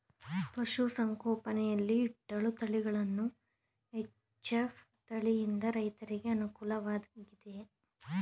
ಪಶು ಸಂಗೋಪನೆ ಯಲ್ಲಿ ಇಟ್ಟಳು ತಳಿಗಳಲ್ಲಿ ಎಚ್.ಎಫ್ ತಳಿ ಯಿಂದ ರೈತರಿಗೆ ಅನುಕೂಲ ವಾಗಿದೆಯೇ?